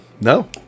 No